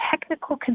technical